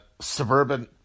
suburban